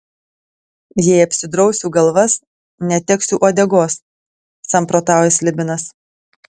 jei apsidrausiu galvas neteksiu uodegos samprotauja slibinas